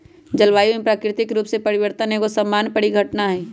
जलवायु में प्राकृतिक रूप से परिवर्तन एगो सामान्य परिघटना हइ